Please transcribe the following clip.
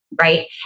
Right